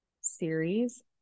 series